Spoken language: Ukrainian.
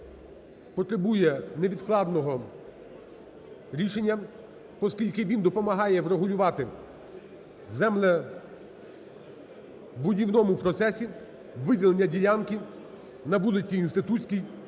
потребує невідкладного рішення, поскільки він допомагає врегулювати в землебудівному процесі виділення ділянки на вулиці Інститутській